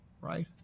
right